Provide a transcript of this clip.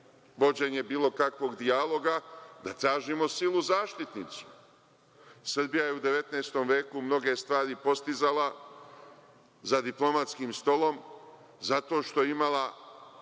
vođenje bilo kakvog dijaloga, da tražimo silu zaštitnicu? Srbija je u 19. veku mnoge stvari postizala za diplomatskim stolom zato što je imala